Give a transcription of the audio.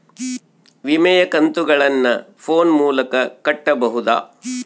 ವಿಮೆಯ ಕಂತುಗಳನ್ನ ಫೋನ್ ಮೂಲಕ ಕಟ್ಟಬಹುದಾ?